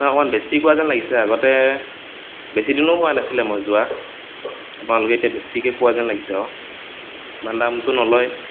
নহয় অকণমান বেছি কোৱা যেন লাগিছে আগতে বেছিদিনো হোৱা নাছিলে মই যোৱা আপোনালোকে এতিয়া বেছিকৈ কোৱা যেন লাগিছে আৰু ইমান দামতো নলয়